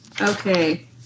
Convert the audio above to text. Okay